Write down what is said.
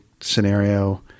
scenario